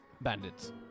Bandits